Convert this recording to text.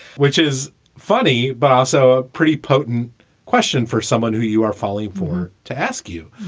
which is funny, but also a pretty potent question for someone who you are falling for to ask you.